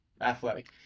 athletic